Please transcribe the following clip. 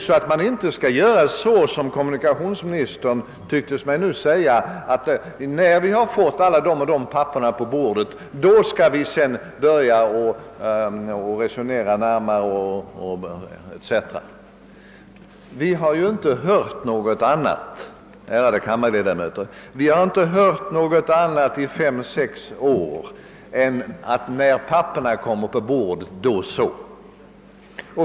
Man skall alltså inte göra så som kommunikationsministern nyss tycktes mena — säga att när vi har fått de och de papperen på bordet skall vi börja resonera närmare etc. Vi har ju inte hört något annat, ärade kammarledamöter, i fem-sex år än att när papperen kommer på bordet, då så...